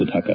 Sudhakar